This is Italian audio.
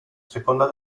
seconda